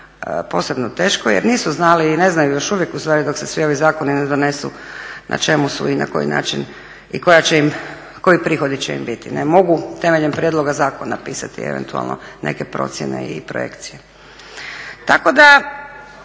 posebno teško jer nisu znali i ne znaju još uvijek dok se svi ovi zakoni ne donesu na čemu su i na koji način i koji prihodi će im biti. Ne mogu prijedlogom temeljem prijedloga zakona pisati eventualno neke procjene i projekcije. Tako da